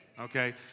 okay